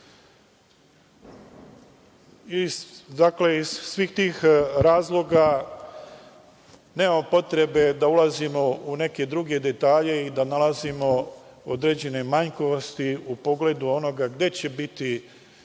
saradnju. Iz svih tih razloga nema potrebe da ulazimo u neke druge detalje i da nalazimo određene manjkavosti u pogledu onoga gde će biti